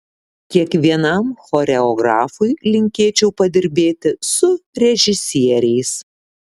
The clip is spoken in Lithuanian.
kiekvienam choreografui linkėčiau padirbėti su režisieriais